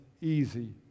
easy